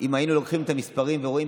שאם היינו לוקחים את המספרים היינו רואים